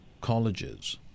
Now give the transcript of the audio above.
colleges